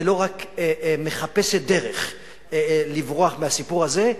ולא רק מחפשת דרך לברוח מהסיפור הזה,